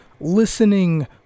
listening